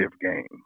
game